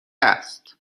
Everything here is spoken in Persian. است